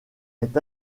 est